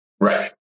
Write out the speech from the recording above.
Right